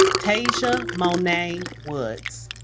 tayja monae woods